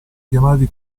chiamati